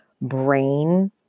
brain